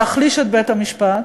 להחליש את בית-המשפט